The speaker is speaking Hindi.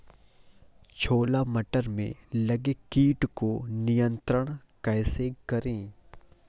छोला मटर में लगे कीट को नियंत्रण कैसे करें?